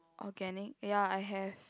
organic ya I have